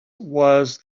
was